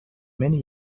many